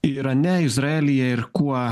irane izraelyje ir kuo